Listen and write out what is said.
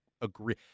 agree—